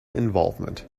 involvement